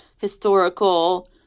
historical